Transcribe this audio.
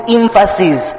emphasis